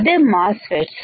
అదే మాస్ ఫెట్స్